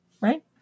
Right